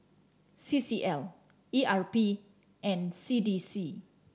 C C L E R P and C D C